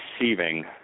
receiving